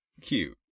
Cute